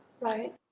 right